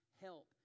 help